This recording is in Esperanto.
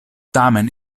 tamen